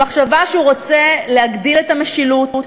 במחשבה שהוא רוצה להגדיל את המשילות,